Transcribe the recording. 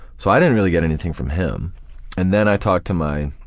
so i didn't really get anything from him and then i talk to my